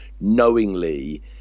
knowingly